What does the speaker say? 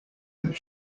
that